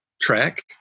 track